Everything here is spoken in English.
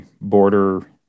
border